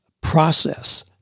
process